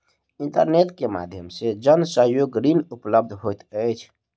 internet के माध्यम से जन सहयोग ऋण उपलब्ध होइत अछि